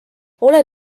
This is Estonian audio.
ole